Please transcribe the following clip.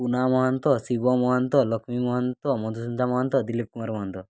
Puna Mahanta Shiva Mahanta Lakshmi Mahanta Madhusmita Mahanta Dilip Kumar Mahanta